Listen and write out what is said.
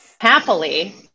Happily